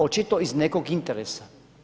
Očito iz nekog interesa.